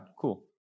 cool